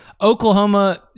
Oklahoma